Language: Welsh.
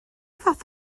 fath